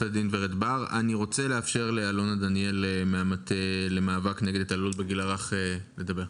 אני רוצה לאפשר לאלונה דניאל מהמטה למאבק נגש התעללות בגיל הרך לדבר.